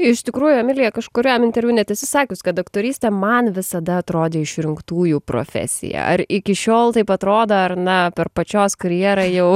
iš tikrųjų emilija kažkuriam interviu net esi sakius kad aktorystė man visada atrodė išrinktųjų profesija ar iki šiol taip atrodo ar na per pačios karjerą jau